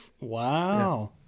Wow